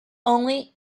only